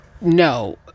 No